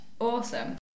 Awesome